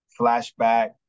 flashback